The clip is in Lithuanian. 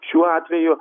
šiuo atveju